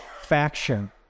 faction